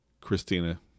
Christina